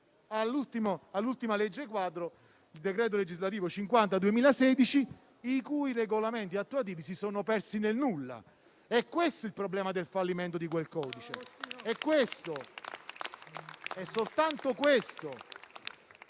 all'ultima legge quadro, il decreto legislativo n. 50 del 2016, i cui regolamenti attuativi si sono persi nel nulla. È questo il problema del fallimento di quel codice.